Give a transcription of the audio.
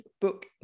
book